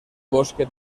bosque